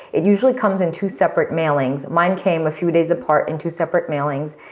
it usually comes in two separate mailings. mine came a few days apart in two separate mailings,